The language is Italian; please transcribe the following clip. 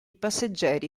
passeggeri